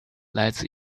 来自